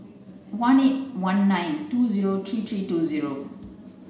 one eight one nine two zero three three two zero